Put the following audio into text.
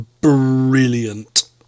brilliant